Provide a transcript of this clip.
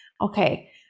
Okay